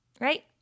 right